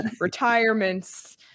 Retirements